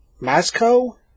Masco